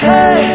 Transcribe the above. Hey